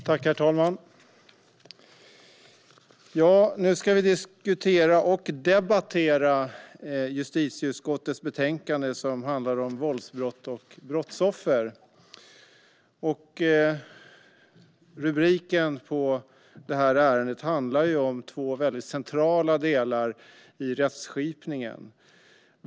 Herr talman! Nu ska vi diskutera och debattera justitieutskottets betänkande som handlar om våldsbrott och brottsoffer. Rubriken på det här ärendet betecknar två väldigt centrala delar i rättsskipningen.